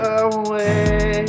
away